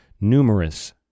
numerous